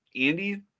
andy